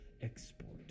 export